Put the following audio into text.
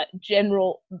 General